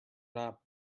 not